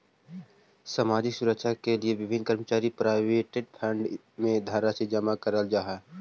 सामाजिक सुरक्षा के लिए विभिन्न कर्मचारी प्रोविडेंट फंड इत्यादि में धनराशि जमा करल जा हई